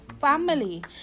family